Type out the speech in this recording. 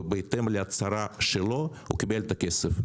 ובהתאם להצהרה שלו הוא קיבל את הכסף.